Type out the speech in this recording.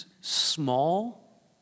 small